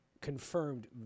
confirmed